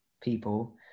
people